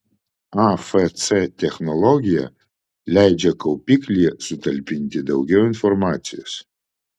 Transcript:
afc technologija leidžia kaupiklyje sutalpinti daugiau informacijos